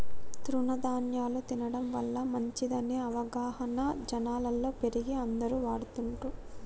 తృణ ధ్యాన్యాలు తినడం వల్ల మంచిదనే అవగాహన జనాలలో పెరిగి అందరు వాడుతున్లు